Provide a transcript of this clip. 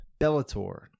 bellator